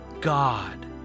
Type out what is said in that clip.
God